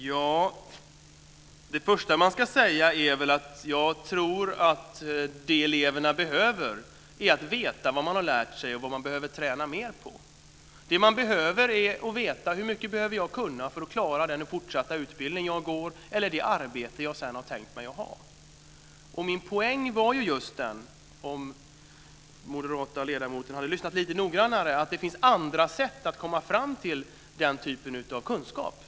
Fru talman! Det första jag vill säga är att jag tror att eleverna behöver veta vad de har lärt sig och vad de behöver träna mer på. Man behöver veta hur mycket man behöver kunna för att klara att fortsätta den utbildning man går eller det arbete man sedan har tänkt sig att ha. Om den moderata ledamoten hade lyssnat lite noggrannare hade han hört att min poäng just var att det finns andra sätt att komma fram till den kunskapen.